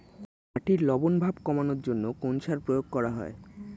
মাটির লবণ ভাব কমানোর জন্য কোন সার প্রয়োগ করা হয়?